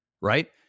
right